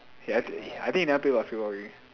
he I think he never play basketball already